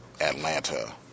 Atlanta